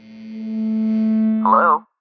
Hello